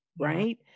right